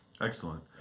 Excellent